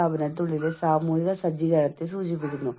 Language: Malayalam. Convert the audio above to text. സംഘടന എത്രത്തോളം ഉൾപ്പെട്ടിരിക്കുന്നു